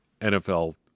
NFL